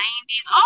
90s